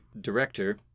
director